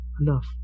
enough